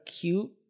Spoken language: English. cute